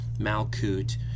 Malkut